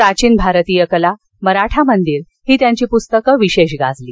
प्राचीन भारतीय कला मराठा मंदिर ही त्यांची पुस्तकं विशेष गाजली